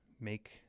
make